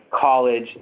college